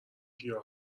گیاه